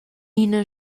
ina